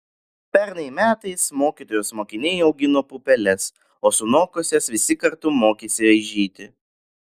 pernai metais mokytojos mokiniai augino pupeles o sunokusias visi kartu mokėsi aižyti